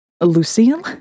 Lucille